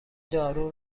دارو